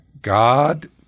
God